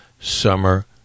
summer